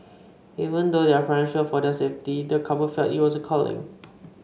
even though their parents feared for their safety the couple felt it was a calling